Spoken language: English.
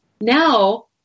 Now